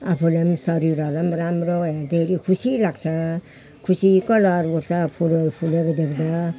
आफूलाई शरीरहरूलाई राम्रो हेर्दाखेरि खुसी लाग्छ खुसीको लहर उठ्छ फुलहरू फुलेको देख्दा